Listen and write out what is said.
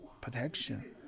protection